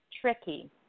tricky